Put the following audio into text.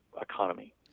economy